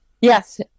Yes